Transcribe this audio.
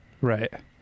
right